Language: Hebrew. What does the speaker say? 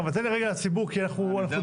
אבל תן לי רגע לציבור, כי אנחנו דיברנו.